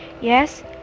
Yes